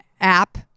app